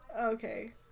Okay